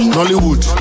Hollywood